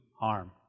harm